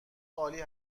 عالی